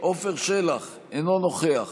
עפר שלח, אינו נוכח